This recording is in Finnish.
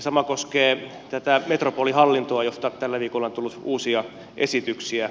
sama koskee tätä metropolihallintoa josta tällä viikolla on tullut uusia esityksiä